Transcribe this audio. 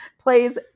plays